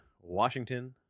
Washington